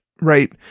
right